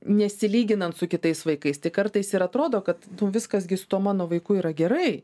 nesilyginant su kitais vaikais tai kartais ir atrodo kad viskas gi su tuo mano vaiku yra gerai